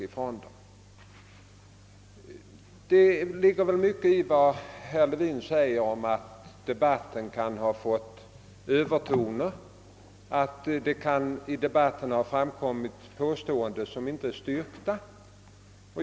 Det ligger mycket i vad herr Levin säger om att debatten kan ha fått övertoner och att i debatten kan ha framkommit påståenden som inte kan styrkas.